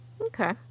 Okay